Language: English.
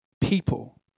people